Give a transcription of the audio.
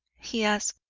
he asked.